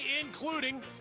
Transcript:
including